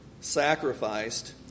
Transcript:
sacrificed